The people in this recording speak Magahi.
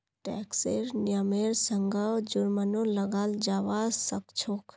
टैक्सेर नियमेर संगअ जुर्मानो लगाल जाबा सखछोक